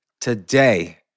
today